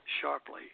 sharply